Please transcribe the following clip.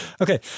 Okay